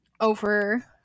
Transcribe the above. over